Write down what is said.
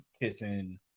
kissing